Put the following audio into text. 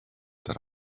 that